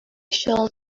shall